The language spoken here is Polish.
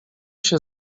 się